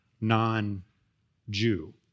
non-Jew